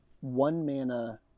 one-mana